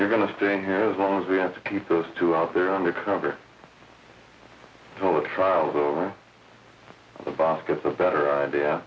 you're going to stay here as long as we have to keep those two out there on the cover till the trial is over the boss gets a better idea